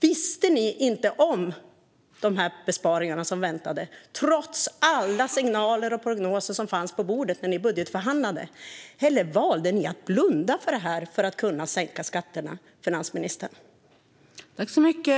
Visste ni inte vilka besparingar som väntade, trots alla signaler och prognoser som fanns på bordet när ni budgetförhandlade? Eller valde ni att blunda för detta för att kunna sänka skatterna, finansministern?